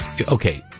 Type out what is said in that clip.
okay